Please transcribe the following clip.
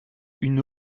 une